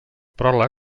pròleg